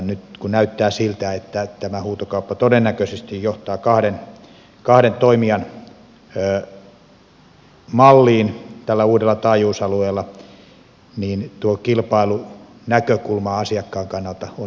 nyt kun näyttää siltä että tämä huutokauppa todennäköisesti johtaa kahden toimijan malliin tällä uudella taajuusalueella tuo kilpailunäkökulma asiakkaan kannalta on huolestuttanut